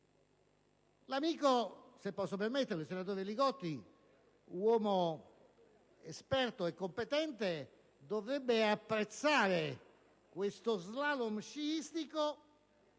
dallo stesso previste». Il senatore Li Gotti, uomo esperto e competente, dovrebbe apprezzare questo slalom sciistico